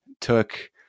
took